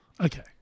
Okay